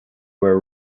were